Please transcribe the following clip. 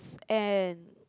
and